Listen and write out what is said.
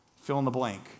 fill-in-the-blank